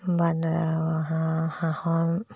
বা হাঁহ হাঁহৰ